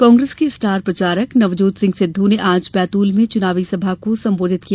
कांग्रेस के स्टार प्रचारक नवजोत सिंह सिद्धू ने आज बैतूल में चुनावी सभा को संबोधित किया